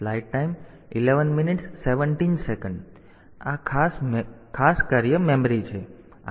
તેથી આ ખાસ કાર્ય મેમરી છે